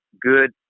good